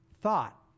thought